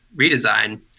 redesign